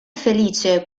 felice